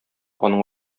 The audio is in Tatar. аның